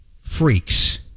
freaks